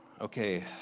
Okay